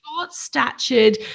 short-statured